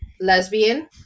lesbian